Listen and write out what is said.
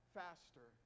faster